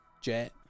Jet